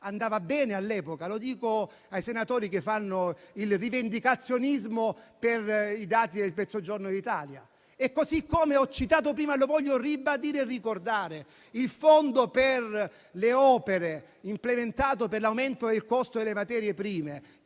Andava bene all'epoca? Lo chiedo ai senatori che fanno il rivendicazionismo per i dati del Mezzogiorno d'Italia. Voglio ribadire e ricordare anche il Fondo per le opere, implementato per l'aumento del costo delle materie prime,